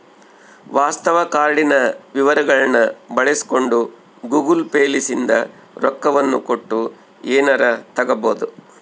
ವಾಸ್ತವ ಕಾರ್ಡಿನ ವಿವರಗಳ್ನ ಬಳಸಿಕೊಂಡು ಗೂಗಲ್ ಪೇ ಲಿಸಿಂದ ರೊಕ್ಕವನ್ನ ಕೊಟ್ಟು ಎನಾರ ತಗಬೊದು